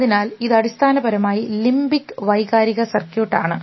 അതിനാൽ ഇത് അടിസ്ഥാനപരമായി ലിംബിക് വൈകാരിക സർക്യൂട്ട് ആണ്